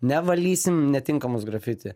nevalgysim netinkamus grafiti